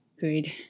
good